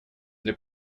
для